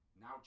now